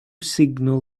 signal